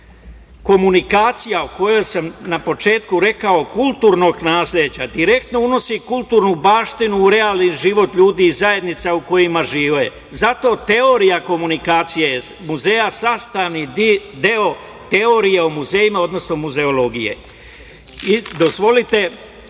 Komunikacija o kojoj sam na početku rekao, kulturnog nasleđa direktno unosi kulturnu baštinu u realni život ljudi i zajednica u kojima žive. Zato teorija komunikacije muzeja je sastavni deo teorije o muzejima, odnosno muzeologije. Dozvolite,